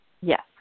Yes